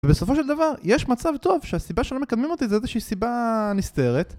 ובסופו של דבר, יש מצב טוב שהסיבה שלא מקדמים אותי זו איזושהי סיבה נסתרת